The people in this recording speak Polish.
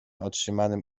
otrzymanym